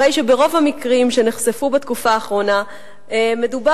הרי שרוב המקרים שנחשפו בתקופה האחרונה נחשפו